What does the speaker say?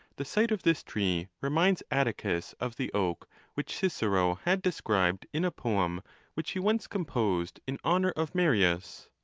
the sight of this tree reminds atticus of the oak which cicero had described in a poem which he once composed in honour of marius.